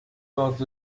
worth